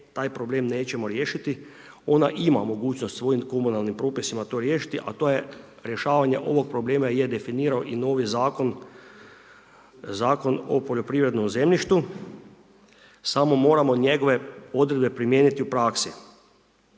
taj problem nećemo riješiti. Ona ima mogućnost svojim komunalnim propisima to riješiti, a to je rješavanje ovog problema, je definirao i novi zakon Zakon o poljoprivrednom zemljištu, samo moramo njegove odredbe primijeniti u praksi.